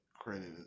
credit